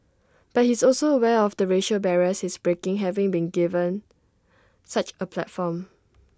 but he's also aware of the racial barriers he's breaking having been given such A platform